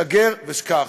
שגר ושכח.